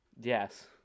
Yes